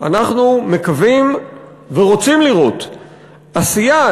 אנחנו מקווים ורוצים לראות עשייה,